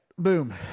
Boom